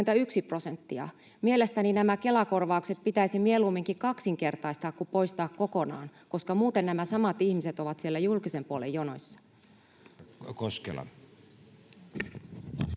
Mielestäni nämä Kela-kor-vaukset pitäisi mieluumminkin kaksinkertaistaa kuin poistaa kokonaan, koska muuten nämä samat ihmiset ovat siellä julkisen puolen jonoissa.